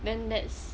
then that's